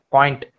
Point